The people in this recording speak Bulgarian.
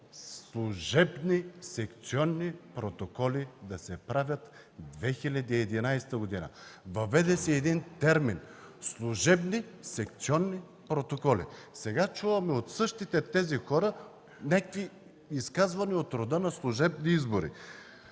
служебни секционни протоколи през 2011 г. Въведе се термин „служебни секционни протоколи”. И сега чуваме от същите тези хора някакви изказвания от рода на „служебни избори”.